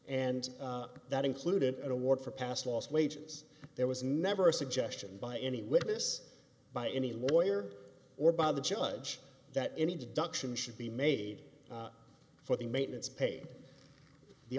and that included an award for past lost wages there was never a suggestion by any witness by any lawyer or by the judge that any deduction should be made for the maintenance paid the